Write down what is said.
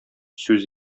сүз